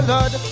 Lord